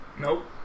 Nope